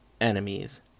enemies